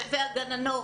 והגננות.